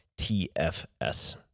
TFS